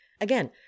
Again